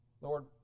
Lord